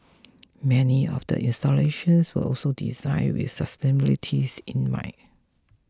many of the installations were also designed with sustainability in mind